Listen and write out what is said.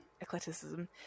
Eclecticism